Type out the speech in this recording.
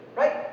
right